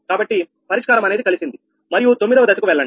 కాబట్టి పరిష్కారం అనేది కలిసింది మరియు 9 వ దశకు వెళ్ళండి